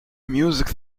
music